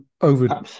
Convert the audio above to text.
over